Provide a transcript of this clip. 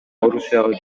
орусияга